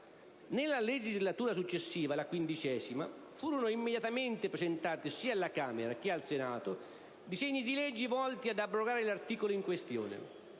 Nella legislatura successiva - la XV - furono immediatamente presentati, sia alla Camera che al Senato, disegni di legge volti ad abrogare l'articolo in questione.